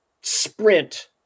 sprint